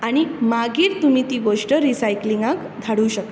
आनी मागीर तुमी ती गोष्ट रिसाईकलिंगाक धाडू शकतात